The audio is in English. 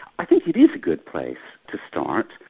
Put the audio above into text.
i think it is a good place to start,